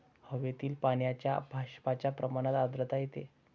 हवेतील पाण्याच्या बाष्पाच्या प्रमाणात आर्द्रता येते